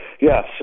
yes